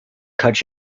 cut